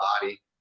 body